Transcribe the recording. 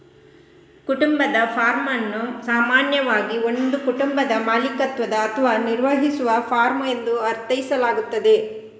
ಕುಟುಂಬದ ಫಾರ್ಮ್ ಅನ್ನು ಸಾಮಾನ್ಯವಾಗಿ ಒಂದು ಕುಟುಂಬದ ಮಾಲೀಕತ್ವದ ಅಥವಾ ನಿರ್ವಹಿಸುವ ಫಾರ್ಮ್ ಎಂದು ಅರ್ಥೈಸಲಾಗುತ್ತದೆ